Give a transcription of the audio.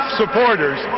supporters